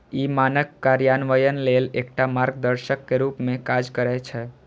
ई मानक कार्यान्वयन लेल एकटा मार्गदर्शक के रूप मे काज करै छै